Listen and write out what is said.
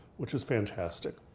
which is fantastic.